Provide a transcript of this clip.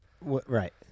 Right